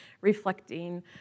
reflecting